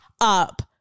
up